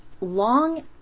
long